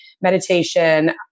meditation